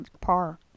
par